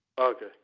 Okay